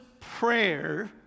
prayer